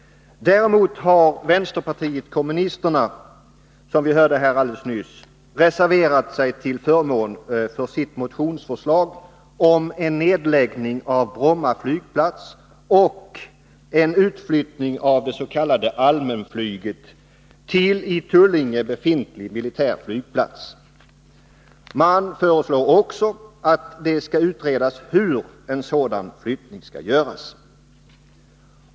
Däremot har vpk, som vi hörde här alldeles nyss, reserverat sig till förmån för sitt motionsförslag om en nedläggning av Bromma flygplats och en utflyttning av det s.k. allmänflyget till i Tullinge befintlig militär flygplats. Man föreslår också att det skall utredas hur en sådan flyttning skall göras.